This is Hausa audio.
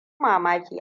mamaki